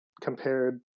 compared